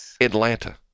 Atlanta